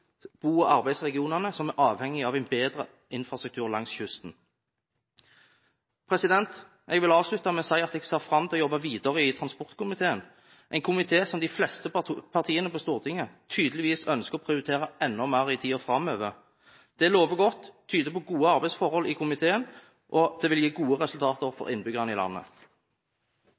bo- og arbeidsregionene som er avhengig av en bedre infrastruktur langs kysten. Jeg vil avslutte med å si at jeg ser fram til å jobbe videre i transportkomiteen, en komité som de fleste partiene på Stortinget tydeligvis ønsker å prioritere enda mer i tiden framover. Det lover godt og tyder på gode arbeidsforhold i komiteen, og det vil gi gode resultater for innbyggerne i landet.